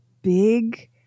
Big